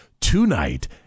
tonight